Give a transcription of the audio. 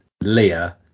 Leah